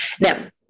Now